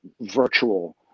virtual